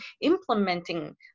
implementing